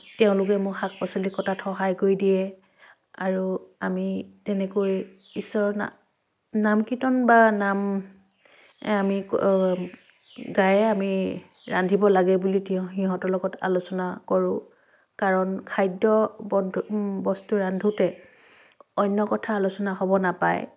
তেওঁলোকে মোক শাক পাচলি কটাত সহায় কৰি দিয়ে আৰু আমি তেনেকৈ ঈশ্বৰৰ না নাম কীৰ্তন বা নাম আমি গায়ে আমি ৰান্ধিব লাগে বুলি সিহঁতৰ লগত আলোচনা কৰোঁ কাৰণ খাদ্য বস্তু ৰান্ধোঁতে অন্য কথা আলোচনা হ'ব নাপায়